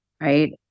Right